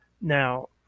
Now